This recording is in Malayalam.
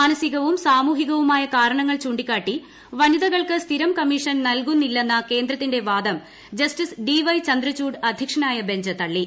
മാനസികവും സാമൂഹികവുമായ കാരണങ്ങൾ ചൂണ്ടിക്കാട്ടി വനിതകൾക്ക് സ്ഥിരം കമ്മീഷൻ നൽകുന്നില്ലെന്ന കേന്ദ്രത്തിന്റെ വാദം ജസ്റ്റിസ് ഡി വൈ ചന്ദ്രചൂഡ് അധൃക്ഷനായ ബഞ്ച് തള്ളി